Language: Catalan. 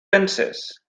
penses